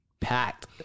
packed